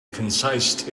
concise